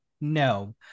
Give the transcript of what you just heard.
No